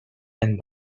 and